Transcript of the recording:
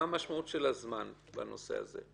מה המשמעות של הזמן בנושא הזה?